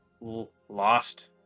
lost